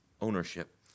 ownership